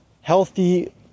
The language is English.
healthy